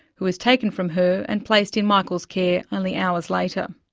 who was taken from her and placed in michael's care only hours later.